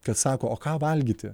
kad sako o ką valgyti